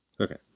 Okay